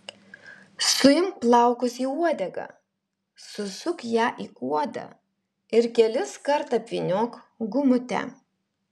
suimk plaukus į uodegą susuk ją į kuodą ir kelis kartus apvyniok gumute